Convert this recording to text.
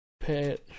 pet